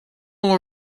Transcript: will